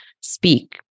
speak